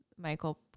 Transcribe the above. Michael